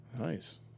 Nice